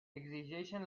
exigeixen